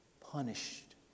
punished